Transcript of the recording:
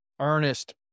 Ernest